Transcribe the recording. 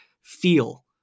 feel